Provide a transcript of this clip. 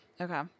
Okay